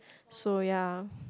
so ya